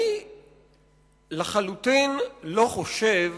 אני לחלוטין לא חושב